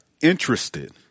interested